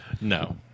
No